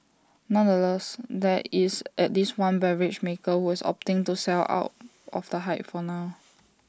nonetheless there is at least one beverage maker who is opting to sell out of the hype for now